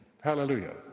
Hallelujah